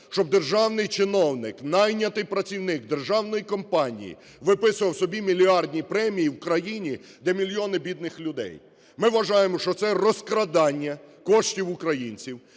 щоб державний чиновник, найнятий працівник державної компанії, виписував собі мільярдні премії в країні, де мільйони бідних людей? Ми вважаємо, що це розкрадання коштів українців.